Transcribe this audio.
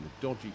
dodgy